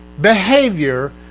behavior